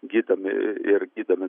gydomi ir gydomi